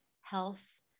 health